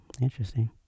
interesting